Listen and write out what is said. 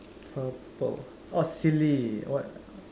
purple orh silly what